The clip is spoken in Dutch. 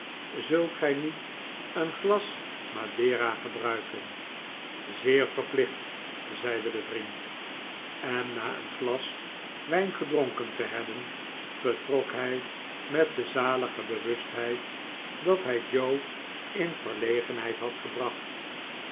zult gij niet een glas madera gebruiken zeer verplicht zeide de vriend en na een glas wijn gedronken te hebben vertrok hh met de zalige bewustheid dat hij joe in verlegenheid had gebracht